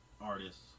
artists